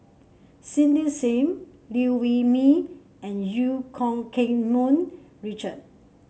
Cindy Sim Liew Wee Mee and Eu Keng Mun Richard